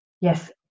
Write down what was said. Yes